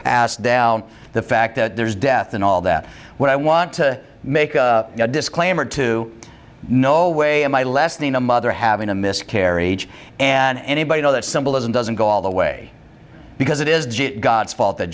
passed down the fact that there's death and all that what i want to make a disclaimer to no way am i less than a mother having a miscarriage and anybody know that symbolism doesn't go all the way because it is god's fault that